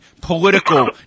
political